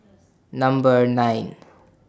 Number nine